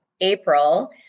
April